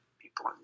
people